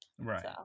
Right